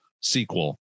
sequel